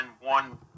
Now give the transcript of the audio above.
one